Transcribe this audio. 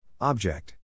Object